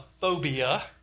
phobia